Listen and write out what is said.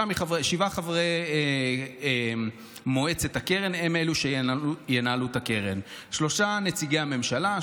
שבעה חברי מועצת הקרן הם אלו שינהלו את הקרן: שלושה נציגי ממשלה,